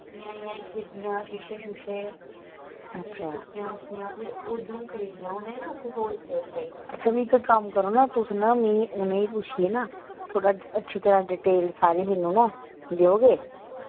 अच्छा अच्छा मि इक कम्म करो ना तुस ना मि उ'ने पुच्छियै ना थोह्ड़ा अच्छी तरह डिटेल सारी मिनू ना देओ गे